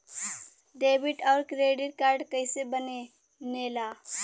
Debit और credit card कईसे बने ने ला?